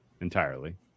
entirely